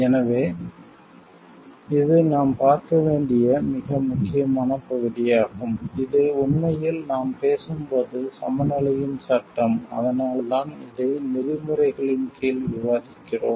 எனவே இது நாம் பார்க்க வேண்டிய மிக முக்கியமான பகுதியாகும் இது உண்மையில் நாம் பேசும் போது சமநிலையின் சட்டம் அதனால்தான் இதை நெறிமுறைகளின் கீழ் விவாதிக்கிறோம்